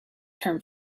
term